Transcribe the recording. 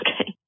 Okay